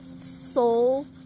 soul